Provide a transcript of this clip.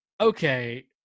okay